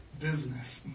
business